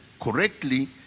correctly